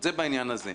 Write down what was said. זאת אומרת,